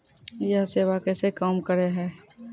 यह सेवा कैसे काम करै है?